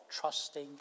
trusting